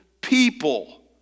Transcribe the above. people